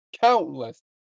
countless